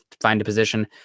find-a-position